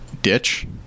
ditch